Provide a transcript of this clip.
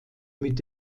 mit